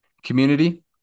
Community